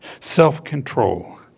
self-control